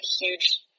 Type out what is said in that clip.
huge